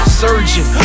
surgeon